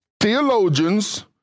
theologians